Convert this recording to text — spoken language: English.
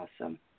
Awesome